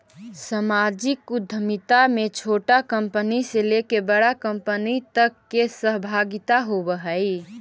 सामाजिक उद्यमिता में छोटा कंपनी से लेके बड़ा कंपनी तक के सहभागिता होवऽ हई